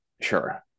sure